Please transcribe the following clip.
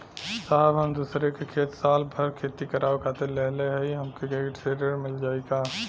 साहब हम दूसरे क खेत साल भर खेती करावे खातिर लेहले हई हमके कृषि ऋण मिल जाई का?